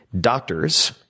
doctors